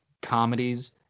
comedies